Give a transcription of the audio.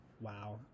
wow